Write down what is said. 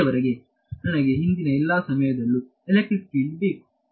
ಇಲ್ಲಿಯವರೆಗೆ ನನಗೆ ಹಿಂದಿನ ಎಲ್ಲಾ ಸಮಯದಲ್ಲೂ ಎಲೆಕ್ಟ್ರಿಕ್ ಫೀಲ್ಡ್ ಬೇಕು